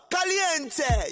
Caliente